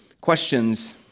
questions